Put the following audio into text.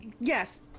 yes